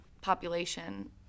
population